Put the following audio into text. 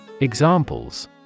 Examples